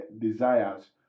desires